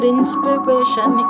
inspiration